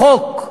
בחוק,